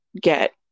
get